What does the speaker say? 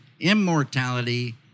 immortality